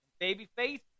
Babyface